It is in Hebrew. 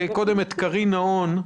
את קרין נהון,